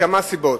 מכמה סיבות.